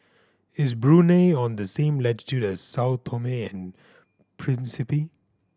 is Brunei on the same latitude as Sao Tome and Principe